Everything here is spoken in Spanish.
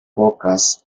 pocas